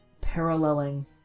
paralleling